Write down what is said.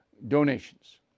donations